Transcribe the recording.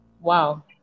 Wow